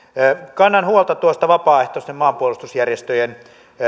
kannan huolta tuosta vapaaehtoisten maanpuolustusjärjestöjen